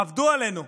עבדו עלינו.